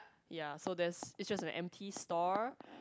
ya so there's its just an empty store